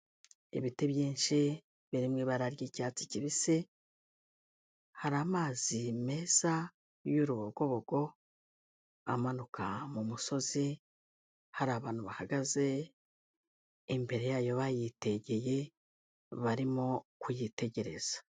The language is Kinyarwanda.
Ibiti byinshi biri mu ibara ry'icyatsi kibisi, hari amazi meza y'urubogobogo amanuka mu musozi, hari abantu bahagaze imbere yayo bayitegeye, barimo kuyitegereza.